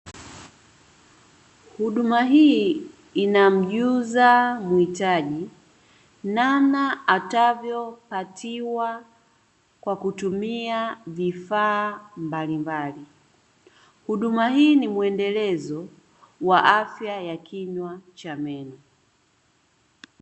Huduma hii inamjuza muhitaji namna atakavyopatiwa kwa kutumia vifaa mbalimbali. Huduma hii ni muendelezo wa afya ya kinywa cha meno.